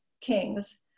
Kings